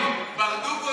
ברדוגו נעלם?